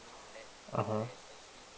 (uh huh)